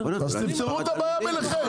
אז תפתרו את הבעיה ביניכם.